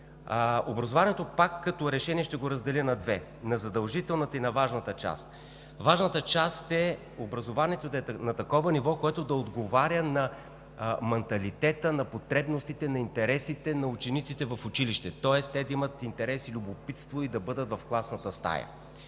Образованието като решение пак ще го разделя на две – на задължителната и на важната част. Важната част е образованието да е на такова ниво, което да отговаря на манталитета, на потребностите, на интересите на учениците в училище, тоест те да имат интерес, любопитство и да бъдат в класната стая,